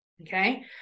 Okay